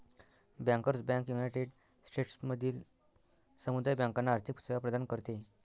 bankers bank united स्टेट्समधील समुदाय बँकांना आर्थिक सेवा प्रदान करते